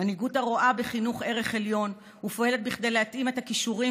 מנהיגות הרואה בחינוך ערך עליון ופועלת כדי להתאים את הכישורים